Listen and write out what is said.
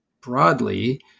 broadly